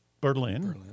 Berlin